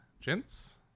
Gents